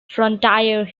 frontier